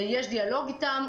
יש דיאלוג איתם,